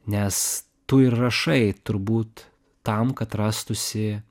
nes tu ir rašai turbūt tam kad rastųsi